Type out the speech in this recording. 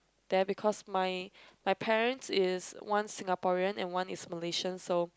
there because my my parents is one Singaporean and one is Malaysian so